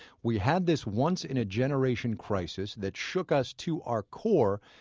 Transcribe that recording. we had this once in a generation crisis that shook us to our core,